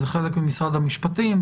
זה חלק ממשרד המשפטים.